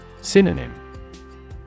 Synonym